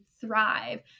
thrive